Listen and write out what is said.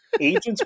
Agents